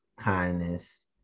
kindness